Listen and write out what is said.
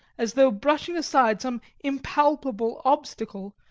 as though brushing aside some impalpable obstacle,